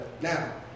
Now